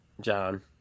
John